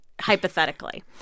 hypothetically